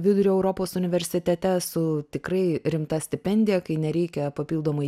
vidurio europos universitete su tikrai rimta stipendija kai nereikia papildomai